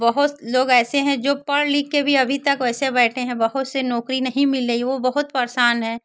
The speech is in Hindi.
बहुत लोग ऐसे हैं जो पढ़ लिखकर भी अभी तक वैसे बैठे हैं बहुत से नौकरी नहीं मिल रही वे बहुत परेशान हैं